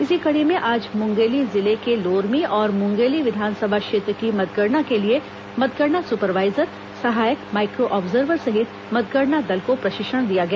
इसी कड़ी में आज मुंगेली जिले के लोरमी और मुंगेली विधानसभा क्षेत्र की मतगणना के लिए मतगणना सुपरवाईजर सहायक माइक्रो आर्ब्जवर सहित मतगणना देल को प्रशिक्षण दिया गया